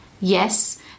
Yes